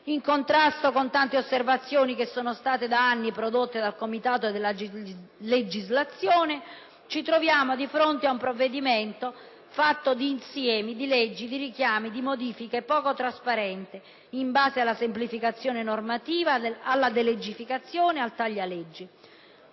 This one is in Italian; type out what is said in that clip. In contrasto con tante osservazioni prodotte da anni dal Comitato per la legislazione, ci troviamo di fronte ad un provvedimento costituito da un insieme di leggi, di richiami e di modifiche poco trasparente, in base alla semplificazione normativa, alla delegificazione, al cosiddetto